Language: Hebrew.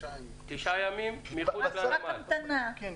תשעה ימים רק של המתנה.